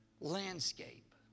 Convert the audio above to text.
landscape